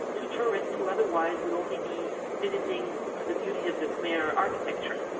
to tourists who otherwise would only be visiting the beauty of the khmer architecture.